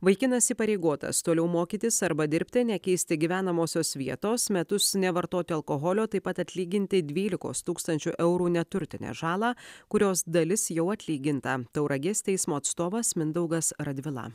vaikinas įpareigotas toliau mokytis arba dirbti nekeisti gyvenamosios vietos metus nevartoti alkoholio taip pat atlyginti dvylikos tūkstančių eurų neturtinę žalą kurios dalis jau atlyginta tauragės teismo atstovas mindaugas radvila